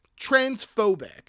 transphobic